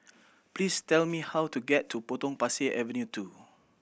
please tell me how to get to Potong Pasir Avenue Two